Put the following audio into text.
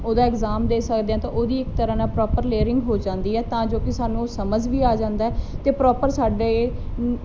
ਉਹਦਾ ਇਗਜ਼ਾਮ ਦੇ ਸਕਦੇ ਹਾਂ ਤਾਂ ਉਹਦੀ ਇੱਕ ਤਰ੍ਹਾਂ ਨਾਲ ਪ੍ਰੋਪਰ ਲੇਅਰਿੰਗ ਹੋ ਜਾਂਦੀ ਆ ਤਾਂ ਜੋ ਕਿ ਸਾਨੂੰ ਸਮਝ ਵੀ ਆ ਜਾਂਦਾ ਅਤੇ ਪ੍ਰੋਪਰ ਸਾਡੇ